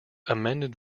amended